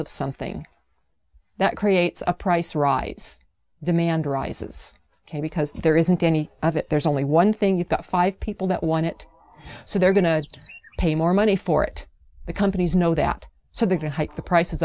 of something that creates a price rise demand rises ok because there isn't any of it there's only one thing you've got five people that want it so they're going to pay more money for it the companies know that so they're going to take the prices